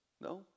No